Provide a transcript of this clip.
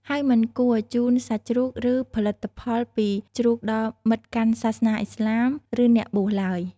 ហើយមិនគួរជូនសាច់ជ្រូក ឬផលិតផលពីជ្រូកដល់មិត្តកាន់សាសនាឥស្លាម ឬអ្នកបួសឡើយ។